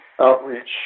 outreach